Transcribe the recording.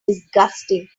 disgusting